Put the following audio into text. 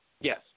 Yes